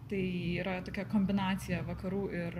tai yra tokia kombinacija vakarų ir